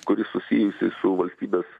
kuri susijusi su valstybės